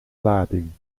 lading